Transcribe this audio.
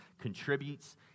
contributes